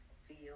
feel